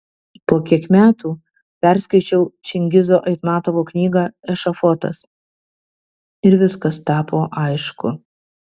po kiek metų perskaičiau čingizo aitmatovo knygą ešafotas ir viskas tapo aišku